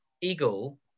eagle